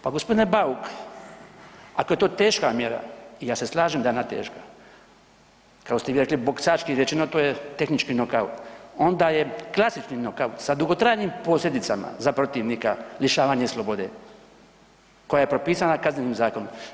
Pa g. Bauk, ako je to teška mjera, ja se slažem da je ona teška, kao što ste vi rekli boksački rečeno to je tehnički nokaut onda je klasični nokaut sa dugotrajnim posljedicama za protivnika lišavanje slobode koja je propisana Kaznenim zakonom.